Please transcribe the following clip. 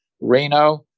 Reno